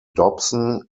dobson